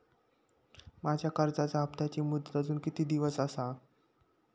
माझ्या कर्जाचा हप्ताची मुदत अजून किती दिवस असा?